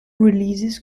releases